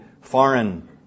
foreign